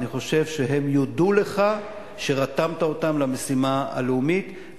אני חושב שהם יודו לך על שרתמת אותם למשימה הלאומית.